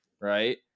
right